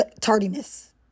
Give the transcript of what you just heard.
tardiness